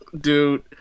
Dude